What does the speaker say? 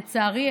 לצערי,